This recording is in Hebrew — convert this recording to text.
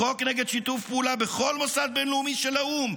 חוק נגד שיתוף פעולה עם כל מוסד בין-לאומי של האו"ם?